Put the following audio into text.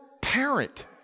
parent